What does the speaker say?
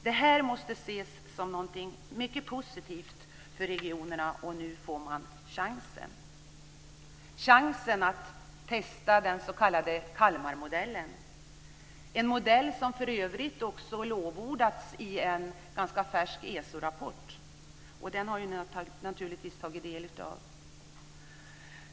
Detta måste ses som något mycket positivt för regionerna. Nu får man chansen att testa den s.k. Kalmarmodellen, som för övrigt har lovordats i en ganska färsk ESO-rapport, som vi naturligtvis har tagit del av.